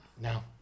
No